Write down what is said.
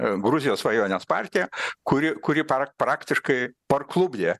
gruzijos svajonės partija kuri kuri pra praktiškai parklupdė